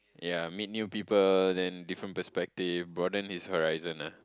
yea meet new people then different perspective broaden his horizon ah